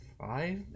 five